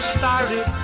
started